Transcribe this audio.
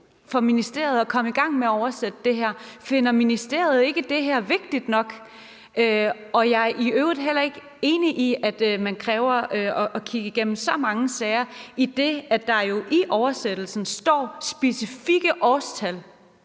for ministeriet at komme i gang med at oversætte det her? Finder ministeriet ikke det her vigtigt nok? Jeg er i øvrigt heller ikke enig i, at man kræver at kigge så mange sager igennem, idet der jo i oversættelsen står specifikke årstal